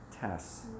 tests